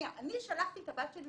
אני שלחתי את הבת שלי